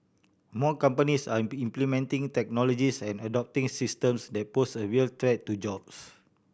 more companies are implementing technologies and adopting systems that pose a real threat to jobs